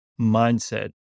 mindset